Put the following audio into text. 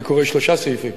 אני קורא שלושה סעיפים.